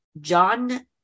John